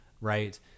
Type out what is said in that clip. right